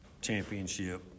championship